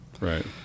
right